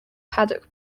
paddock